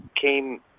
came